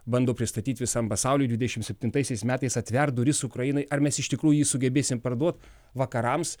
bando pristatyti visam pasauliui dvidešimt septintaisiais metais atverti duris ukrainai ar mes iš tikrųjų jį sugebėsim parduot vakarams